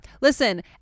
listen